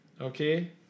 okay